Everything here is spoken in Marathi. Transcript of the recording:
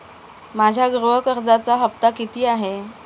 माझ्या गृह कर्जाचा हफ्ता किती आहे?